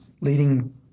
leading